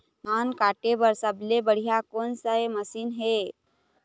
धान काटे बर सबले बढ़िया कोन से मशीन हे?